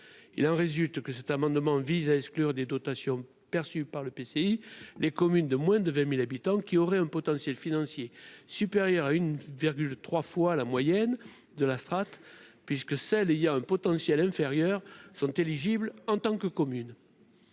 il en résulte que cet amendement vise à exclure des dotations perçues par le PCI, les communes de moins de 20000 habitants, qui auraient un potentiel financier supérieur à une 3 fois la moyenne de la strate puisque celle il y a un potentiel inférieur sont éligibles en tant que commune